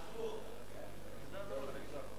אכלו אותה.